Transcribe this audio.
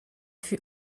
fut